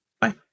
Bye